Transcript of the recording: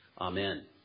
Amen